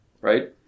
right